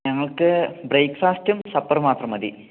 ഞങ്ങൾക്ക് ബ്രേക്ഫാസ്റ്റും സപ്പറും മാത്രം മതി